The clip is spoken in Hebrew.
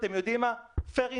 פייר,